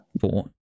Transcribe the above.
four